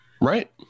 right